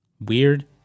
weird